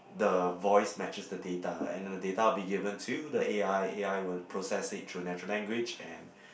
the voice matches the data and the data will be given to the A_I A_I will process it through natural language and